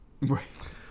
Right